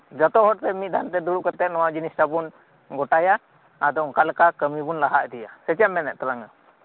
ᱡᱚᱛᱚ ᱦᱚᱲᱛᱮ ᱢᱤᱫ ᱥᱟᱶ ᱛᱮ ᱫᱩᱲᱩᱵ ᱠᱟᱛᱮᱜ ᱱᱚᱣᱟ ᱡᱤᱱᱤᱥᱴᱟᱜ ᱵᱩᱱ ᱜᱚᱴᱟᱭᱟ ᱟᱫᱚ ᱚᱱᱠᱟ ᱞᱮᱠᱟ ᱠᱟᱹᱢᱤᱵᱩᱱ ᱞᱟᱦᱟ ᱤᱫᱤᱭᱟ ᱥᱮ ᱪᱮᱫ ᱮᱢ ᱢᱮᱱᱮᱫ ᱛᱟᱞᱟᱝᱼᱟ